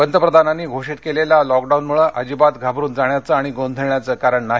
पंतप्रधानांनी घोषित केलेल्या लॉकडाऊनमुळे अजिबात घाबरून जाण्याचं आणि गोंधळण्याचं कारण नाही